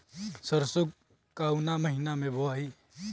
सरसो काउना महीना मे बोआई?